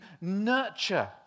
nurture